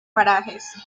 parajes